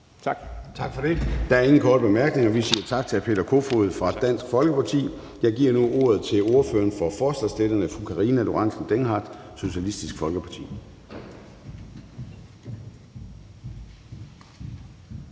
Gade): Tak for det. Der er ingen korte bemærkninger. Vi siger tak til hr. Peter Kofod fra Dansk Folkeparti. Jeg giver nu ordet til ordføreren for forslagsstillerne, fru Karina Lorentzen Dehnhardt, Socialistisk Folkeparti.